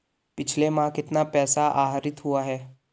पिछले माह कितना पैसा आहरित हुआ है?